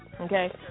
okay